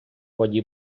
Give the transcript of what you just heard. ході